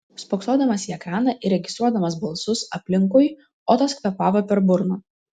spoksodamas į ekraną ir registruodamas balsus aplinkui otas kvėpavo per burną